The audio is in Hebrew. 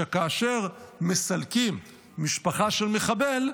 שכאשר מסלקים משפחה של מחבל,